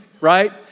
Right